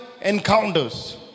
Encounters